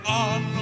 on